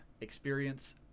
experience